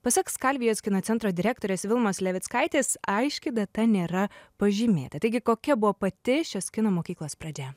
pasak skalvijos kino centro direktorės vilmos levickaitės aiški data nėra pažymėta taigi kokia buvo pati šios kino mokyklos pradžia